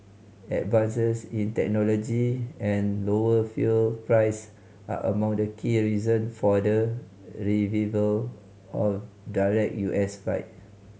advances in technology and lower fuel price are among the key reason for the revival of direct U S flight